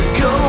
go